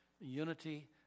unity